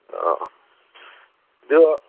ꯑꯗꯣ